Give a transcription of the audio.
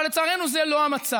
אבל לצערנו זה לא המצב.